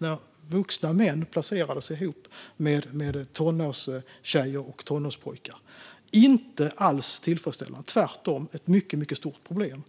när vuxna män placerades ihop med tonårstjejer och tonårspojkar. Det var inte alls tillfredställande utan tvärtom ett mycket, mycket stort problem.